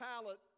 talent